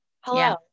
Hello